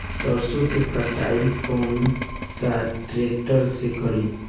सरसों के कटाई कौन सा ट्रैक्टर से करी?